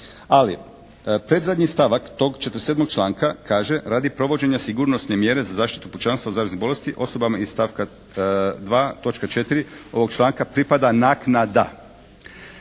Ali predzadnji stavak tog 47. članka kaže. Radi provođenja sigurnosne mjere za zaštitu pučanstva od zaraznih bolesti osobama iz stavka 2. točka 4. ovog članka pripada naknada.